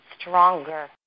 stronger